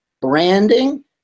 branding